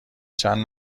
چند